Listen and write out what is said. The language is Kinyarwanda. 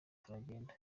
turagenda